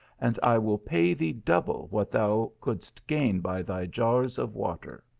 and i will pay thee double what thou couldst gain by thy jars of water.